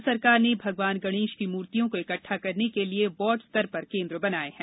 राज्य सरकार ने भगवान गणेश की मूर्तियों को इक्टठा करने के लिए वार्ड स्तर पर केन्द्र बनाये हैं